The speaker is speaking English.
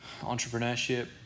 entrepreneurship